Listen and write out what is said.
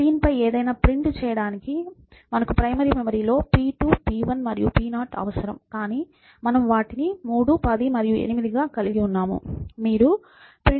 screen పై ఏదైనా print చేయడానికి మీకు ప్రైమరీ మెమరీ లో p2 p1 మరియు p0 అవసరం కానీ మనము వాటిని 3 10 మరియు 8గా కలిగి ఉన్నాము